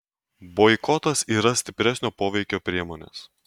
boikotas yra stipresnio poveikio priemonės